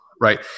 right